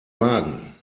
wagen